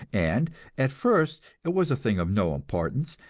and at first it was a thing of no importance,